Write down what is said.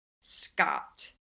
Scott